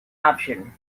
option